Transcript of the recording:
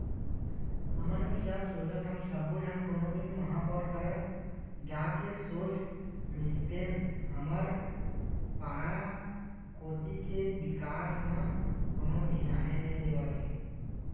हमन सब सोचत हन सब्बो झन कोनो दिन महापौर करा जाके सोझ मिलतेन हमर पारा कोती के बिकास म कोनो धियाने नइ देवत हे